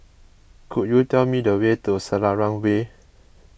could you tell me the way to Selarang Way